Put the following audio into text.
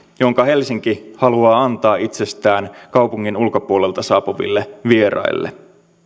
jonka helsinki haluaa antaa itsestään kaupungin ulkopuolelta saapuville vieraille